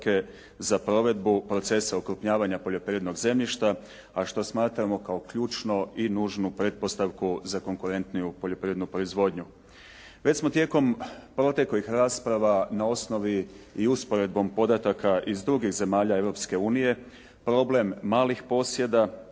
za provedbu procesa okrupnjavanja poljoprivrednog zemljišta a što smatramo kao ključno i nužnu pretpostavku za konkurentniju poljoprivrednu proizvodnju. Već smo tijekom proteklih rasprava na osnovi i usporedbom podataka iz drugih zemalja Europske unije problem malih posjeda,